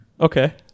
Okay